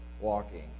walking